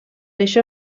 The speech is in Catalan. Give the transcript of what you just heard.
això